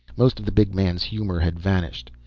most of the big man's humor had vanished,